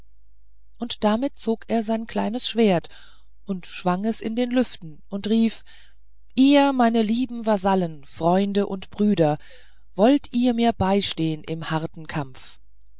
und damit zog er sein kleines schwert und schwang es in den lüften und rief ihr meine lieben vasallen freunde und brüder wollt ihr mir beistehen im harten kampf